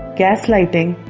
gaslighting